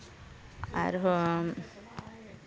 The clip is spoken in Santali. ᱟᱨ ᱦᱚᱸ